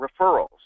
referrals